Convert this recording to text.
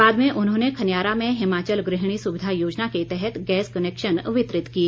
बाद में उन्होंने खन्यारा में हिमाचल गृहिणी सुविधा योजना के तहत गैस कनेक्शन वितरित किए